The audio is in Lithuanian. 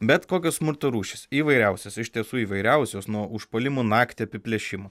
bet kokio smurto rūšys įvairiausios iš tiesų įvairiausios nuo užpuolimų naktį apiplėšimų